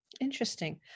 Interesting